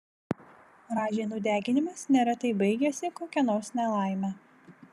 ražienų deginimas neretai baigiasi kokia nors nelaime